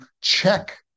check